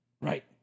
right